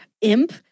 imp